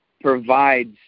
provides